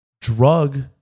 drug